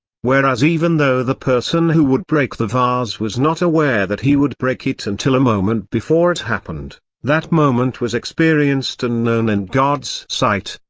whereas even though the person who would break the vase was not aware that he would break it until a moment before it happened, that moment was experienced and known in and god's sight.